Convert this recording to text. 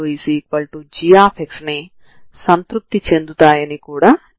ఇంతకు ముందు మనం సాధారణ పరిష్కారాన్ని ఎలా కనుగొన్నామో ఇప్పుడు కూడా అలాగే కనుగొంటాము